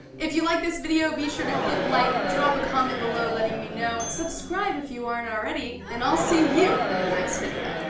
if you liked this video, be sure to click like drop a comment below letting me know. subscribe if you aren't already, and i'll see you in the next video.